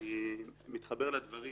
אני מתחבר לדברים